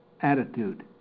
attitude